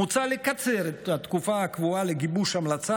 מוצע לקצר את התקופה הקבועה לגיבוש המלצה